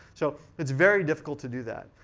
so it's very difficult to do that.